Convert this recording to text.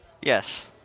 Yes